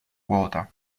quota